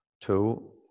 two